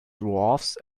dwarves